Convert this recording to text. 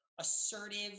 assertive